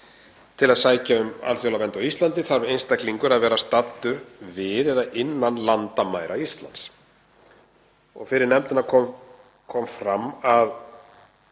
Til að sækja um alþjóðlega vernd á Íslandi þarf einstaklingur að vera staddur við eða innan landamæra Íslands. Fyrir nefndinni kom fram að